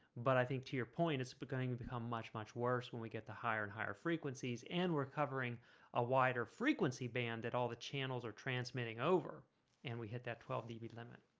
but i think to your point it's beginning to become much much worse when we get to higher and higher frequencies and we're covering a wider frequency band that all the channels are transmitting over and we hit that twelve db limit